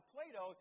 Plato